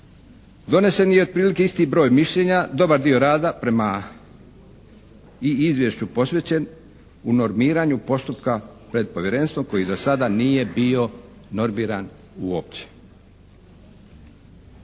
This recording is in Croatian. Donesen je otprilike i isti broj mišljenja, dobar dio rada prema i izvješću posvećen u normiranju postupka pred Povjerenstvom koji za sada nije bio normiran uopće.